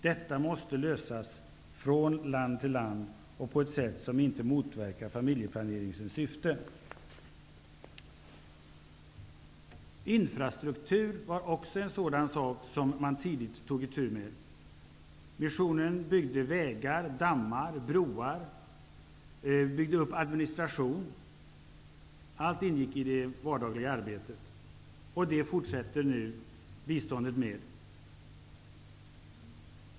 Detta måste lösas från land till land och på ett sätt som inte motverkar familjeplaneringens syfte. Infrastruktur var också en sak som man tidigt tog itu med. Missionen byggde vägar, dammar och broar. Man byggde upp administration. Allt ingick i det vardagliga arbetet. Det fortsätter det nutida biståndet med.